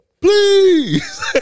Please